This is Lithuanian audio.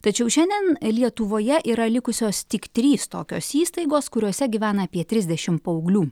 tačiau šiandien lietuvoje yra likusios tik trys tokios įstaigos kuriose gyvena apie trisdešim paauglių